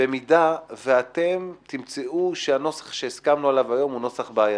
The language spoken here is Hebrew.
במידה שתמצאו שהנוסח שהסכמנו עליו היום הוא נוסח בעייתי.